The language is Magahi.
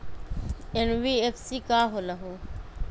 एन.बी.एफ.सी का होलहु?